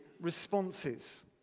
responses